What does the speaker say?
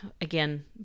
again